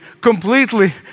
completely